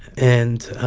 and